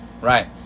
right